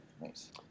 nice